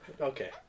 Okay